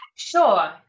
Sure